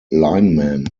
linemen